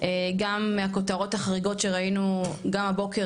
גם מהכותרות החריגות שראינו גם הבוקר